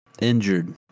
injured